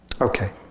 Okay